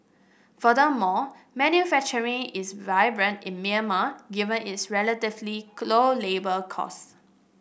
furthermore manufacturing is viable in Myanmar given its relatively low labour costs